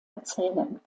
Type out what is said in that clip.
erzählen